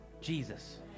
Jesus